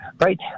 right